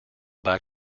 back